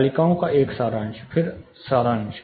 तालिकाओं का सारांश